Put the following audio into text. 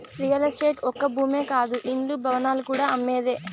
real estate ఒక్క భూమే కాదు ఇండ్లు, భవనాలు కూడా అమ్మేదే